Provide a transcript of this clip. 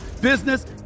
business